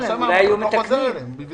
ואמרו לנו שחסר לנו המספר של הניהול